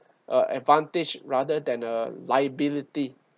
uh advantage rather than a liability